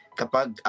kapag